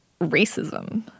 racism